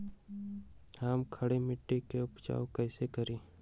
हम खड़ी मिट्टी के उपचार कईसे करी?